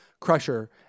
Crusher